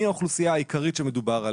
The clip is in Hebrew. מי האוכלוסייה העיקרית בה מדובר?